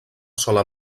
sola